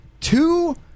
two